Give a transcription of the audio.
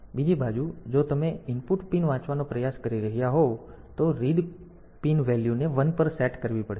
બીજી બાજુ જો તમે ઇનપુટ પિન વાંચવાનો પ્રયાસ કરી રહ્યાં હોવ તો જ્યારે તમે ઇનપુટ પિન વાંચવાનો પ્રયાસ કરી રહ્યાં હોવ તો આપણે આ રીડ પિન વેલ્યુને 1 પર સેટ કરવી પડશે